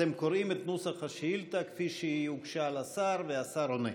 אתם קוראים את נוסח השאילתה כפי שהוא הוגשה לשר והשר עונה.